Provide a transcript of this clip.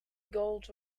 gold